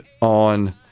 on